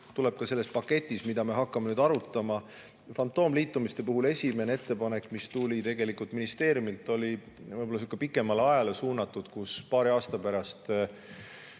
tuleb ka selles paketis, mida me hakkame nüüd arutama. Fantoomliitumiste puhul esimene ettepanek, mis tuli ministeeriumilt, oli võib-olla sihuke pikemale ajale suunatud, kus paari aasta pärast